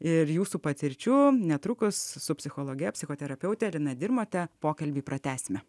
ir jūsų patirčių netrukus su psichologe psichoterapeute lina dirmote pokalbį pratęsime